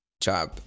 job